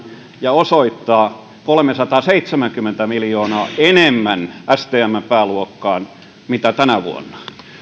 ja osoittaa kolmesataaseitsemänkymmentä miljoonaa enemmän stmn pääluokkaan kuin tänä vuonna